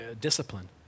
discipline